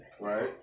Right